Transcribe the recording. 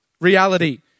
reality